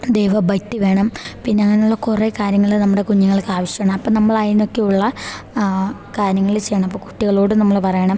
ദൈവ ഭക്തി വേണം പിന്നെ അങ്ങനെ ഉള്ള കുറേ കാര്യങ്ങൾ നമ്മുടെ കുഞ്ഞുങ്ങൾക്ക് ആവശ്യമാണ് അപ്പം നമ്മൾ അതിനൊക്കെയുള്ള കാര്യങ്ങൾ ചെയ്യണം അപ്പം കുട്ടികളോട് നമ്മൾ പറയണം